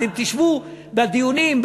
אתם תשבו בדיונים,